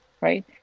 right